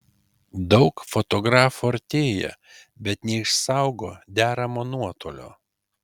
daug fotografų artėja bet neišsaugo deramo nuotolio